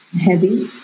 heavy